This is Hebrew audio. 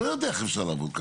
לא יודע איך אפשר לעבוד ככה.